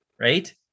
right